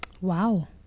Wow